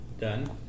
done